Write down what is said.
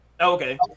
Okay